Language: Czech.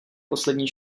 poslední